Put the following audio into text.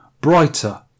brighter